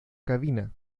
cabina